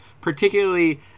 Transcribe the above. particularly